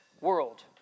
world